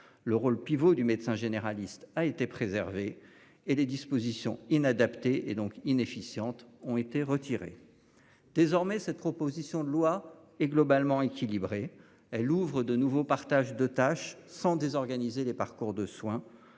le rôle pivot du médecin généraliste a été préservé et les dispositions inadaptés et donc inefficiente ont été retirés. Désormais cette proposition de loi est globalement équilibrée, elle ouvre de nouveau partage de tâches sans désorganiser les parcours de soins